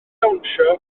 dawnsio